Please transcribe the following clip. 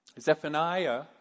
Zephaniah